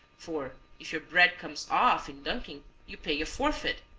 for if your bread comes off in dunking you pay a forfeit,